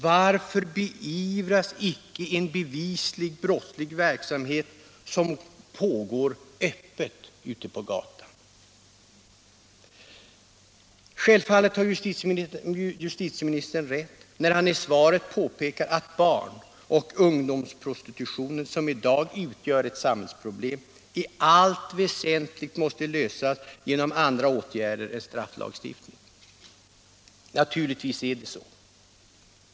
Varför beivras icke en bevisligen brottslig verksamhet som pågår öppet ute på gatan? Självfallet har justitieministern rätt när han i svaret påpekar att barnoch ungdomsprostitutionen, som i dag utgör ett samhällsproblem, i allt väsentligt måste mötas genom andra åtgärder än strafflagstiftning. Naturligtvis är det så.